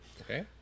okay